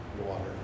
water